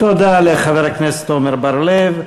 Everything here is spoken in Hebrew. תודה לחבר הכנסת עמר בר-לב.